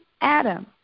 Adam